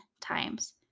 times